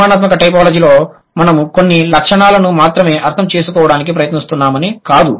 పరిమాణాత్మక టైపోలాజీలో మనము కొన్ని లక్షణాలను మాత్రమే అర్థం చేసుకోవడానికి ప్రయత్నిస్తున్నామని కాదు